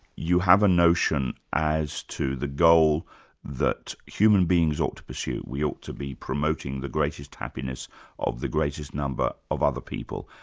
you have a notion as to the goal that human beings ought to pursue we ought to be promoting the greatest happiness of the greatest number of other people.